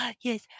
yes